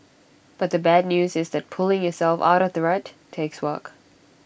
but the bad news is that pulling yourself out of the rut takes work